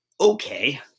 Okay